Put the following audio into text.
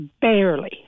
barely